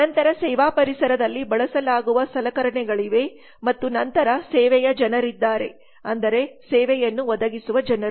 ನಂತರ ಸೇವಾಪರಿಸರದಲ್ಲಿ ಬಳಸಲಾಗುವ ಸಲಕರಣೆಗಳಿವೆ ಮತ್ತು ನಂತರ ಸೇವೆಯ ಜನರಿದ್ದಾರೆ ಅಂದರೆ ಸೇವೆಯನ್ನು ಒದಗಿಸುವ ಜನರು